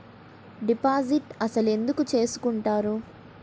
Deposit అసలు ఎందుకు చేసుకుంటారు?